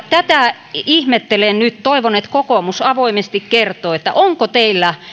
tätä ihmettelen nyt toivon että kokoomus avoimesti kertoo onko teillä